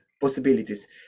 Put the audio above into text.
possibilities